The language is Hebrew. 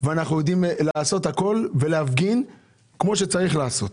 ואנחנו יודעים לעשות הכול ולהפגין כמו שצריך לעשות.